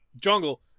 jungle